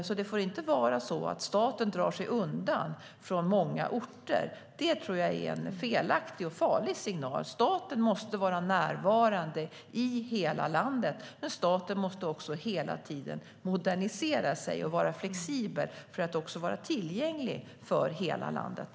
Staten får inte dra sig undan från många orter. Det tror jag är en felaktig och farlig signal. Staten måste vara närvarande i hela landet, men staten måste också hela tiden modernisera sig och vara flexibel för att vara tillgänglig för hela landet.